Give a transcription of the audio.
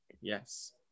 Yes